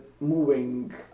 moving